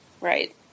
Right